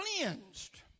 cleansed